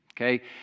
okay